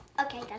Okay